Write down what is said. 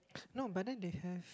no but then they have